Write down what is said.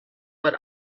but